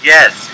Yes